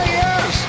yes